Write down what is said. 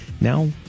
Now